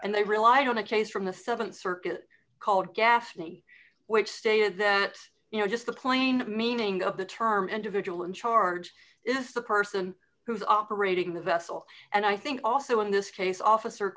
and they relied on a case from the th circuit called gaffney which stated that you know just the plain meaning of the term individual in charge if the person who's operating the vessel and i think also in this case officer